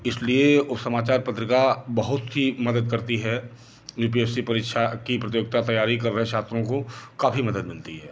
इसलिए वो समाचार पत्र का बहुत ही मदद करती है यू पी एस सी परीक्षा की प्रतियोगी तैयारी कर रहे छात्रों को काफ़ी मदद मिलती है